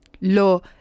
lo